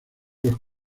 los